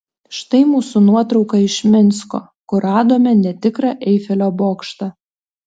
štai mūsų nuotrauka iš minsko kur radome netikrą eifelio bokštą